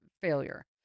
failure